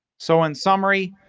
so, in summary,